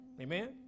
amen